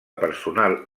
personal